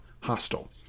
hostile